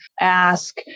ask